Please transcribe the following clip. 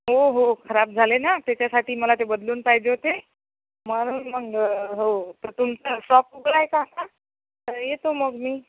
हो हो खराब झाले ना त्याच्यासाठी मला ते बदलून पाहिजे होते म्हणून मग हो तर तुमचं शॉप उघडं आहे का आता तर येतो मग मी